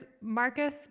Marcus